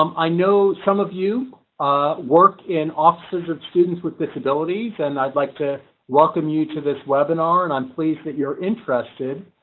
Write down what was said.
um i know some of you work in of students with disabilities and i'd like to welcome you to this webinar, and i'm pleased that you're interested